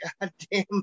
goddamn